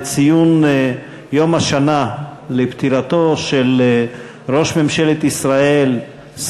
לציון יום השנה לפטירתו של ראש ממשלת ישראל,